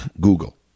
Google